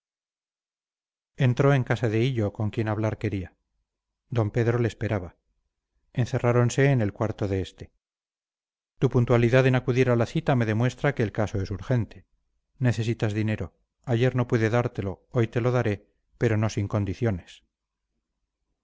entró en casa de hillo con quien hablar quería d pedro le esperaba encerráronse en el cuarto de este tu puntualidad en acudir a la cita me demuestra que el caso es urgente necesitas dinero ayer no pude dártelo hoy te lo daré pero no sin condiciones